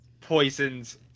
poisons